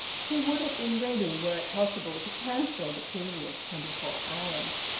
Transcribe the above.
he would have been ready, were it possible, to cancel the previous twenty-four hours.